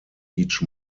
each